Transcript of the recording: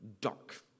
dark